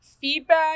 feedback